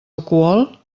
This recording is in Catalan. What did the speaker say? alcohol